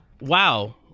wow